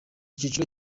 cyiciro